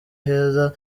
aheza